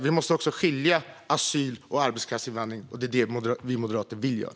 Vi måste skilja asylinvandring från arbetskraftsinvandring, och det är det vi moderater vill göra.